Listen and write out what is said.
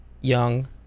Young